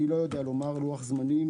אני לא יודע לומר לוח זמנים.